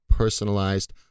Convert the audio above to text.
personalized